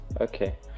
Okay